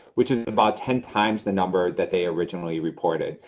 which is about ten times the number that they originally reported.